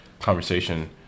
conversation